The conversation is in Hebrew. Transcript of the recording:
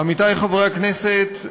עמיתי חברי הכנסת,